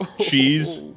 cheese